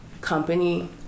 company